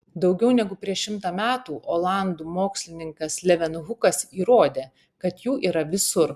daugiau negu prieš šimtą metų olandų mokslininkas levenhukas įrodė kad jų yra visur